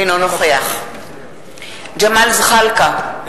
אינו נוכח ג'מאל זחאלקה,